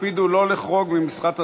הקפידו לא לחרוג ממכסת הזמן,